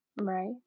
Right